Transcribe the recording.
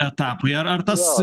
etapui ar ar tas